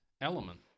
element